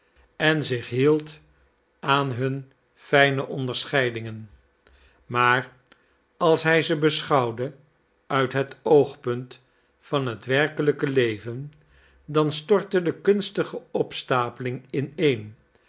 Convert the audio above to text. en zich hield aan hun fijne onderscheidingen maar als hij ze beschouwde uit het oogpunt van het werkelijk leven dan stortte de kunstige opstapeling ineen